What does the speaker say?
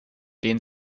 den